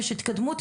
יש התקדמות,